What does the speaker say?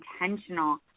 intentional